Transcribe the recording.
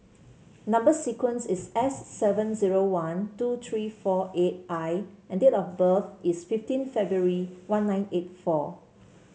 number sequence is S seven zero one two three four eight I and date of birth is fifteen February one nine eight four